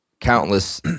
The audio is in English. countless